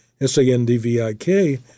S-A-N-D-V-I-K